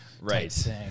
Right